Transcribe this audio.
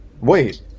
Wait